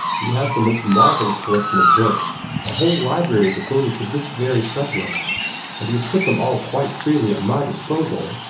he has the most marvellous collection of books a whole library devoted to this very subject and he has put them all quite freely at my disposal.